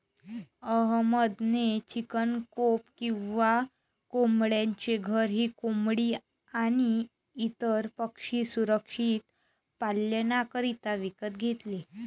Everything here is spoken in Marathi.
अहमद ने चिकन कोप किंवा कोंबड्यांचे घर ही कोंबडी आणी इतर पक्षी सुरक्षित पाल्ण्याकरिता विकत घेतले